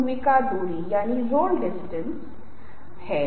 क्या वे इसे जेब के अंदर रखेंगे